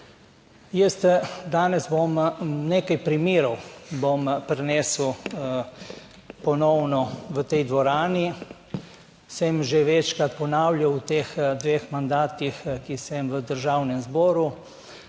Jaz danes bom, nekaj primerov bom prinesel ponovno v tej dvorani. Sem že večkrat ponavljal v teh dveh mandatih, ki sem v Državnem zboru,